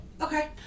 Okay